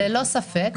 ללא ספק,